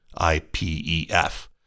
IPEF